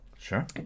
Sure